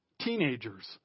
teenagers